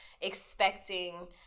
expecting